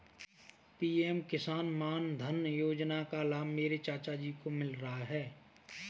PM Kisan Maandhan Yojana का लाभ मेरे चाचा जी को मिल रहा है